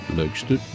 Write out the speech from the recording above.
leukste